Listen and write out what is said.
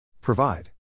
Provide